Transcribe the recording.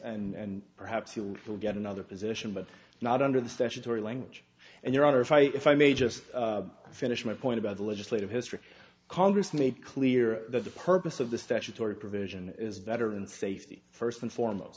experience and perhaps you'll get another position but not under the statutory language and your honor if i if i may just finish my point about the legislative history congress made clear that the purpose of the statutory provision is better and safety first and foremost